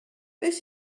beth